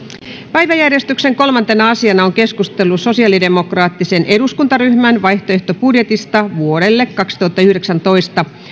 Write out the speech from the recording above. päiväjärjestyksen kolmantena asiana on keskustelu sosiaalidemokraattisen eduskuntaryhmän vaihtoehtobudjetista vuodelle kaksituhattayhdeksäntoista